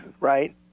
right